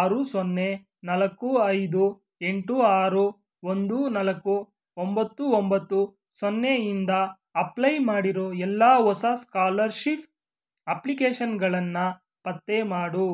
ಆರು ಸೊನ್ನೆ ನಾಲ್ಕು ಐದು ಎಂಟು ಆರು ಒಂದು ನಾಲ್ಕು ಒಂಬತ್ತು ಒಂಬತ್ತು ಸೊನ್ನೆಯಿಂದ ಅಪ್ಲೈ ಮಾಡಿರೋ ಎಲ್ಲ ಹೊಸ ಸ್ಕಾಲರ್ಶೀಫ್ ಅಪ್ಲಿಕೇಷನ್ಗಳನ್ನು ಪತ್ತೆ ಮಾಡು